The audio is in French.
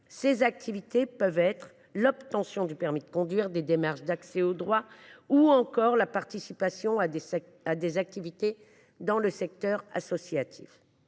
ces activités peuvent être « l’obtention du permis de conduire, des démarches d’accès aux droits, ou encore la participation à des activités dans le secteur associatif